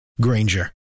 Granger